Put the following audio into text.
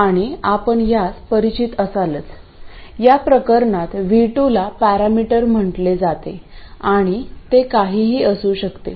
आणि आपण यास परिचित असालच या प्रकरणात V2 ला पॅरामीटर म्हटले जाते आणि ते काहीही असू शकते